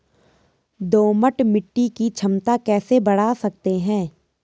दोमट मिट्टी की क्षमता कैसे बड़ा सकते हैं?